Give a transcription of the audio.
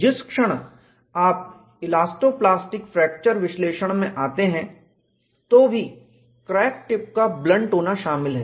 जिस क्षण आप इलास्टो प्लास्टिक फ्रैक्चर विश्लेषण में आते हैं तो भी क्रैक टिप का ब्लंट होना शामिल नहीं है